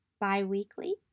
bi-weekly